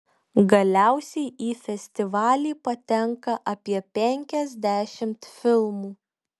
galiausiai į festivalį patenka apie penkiasdešimt filmų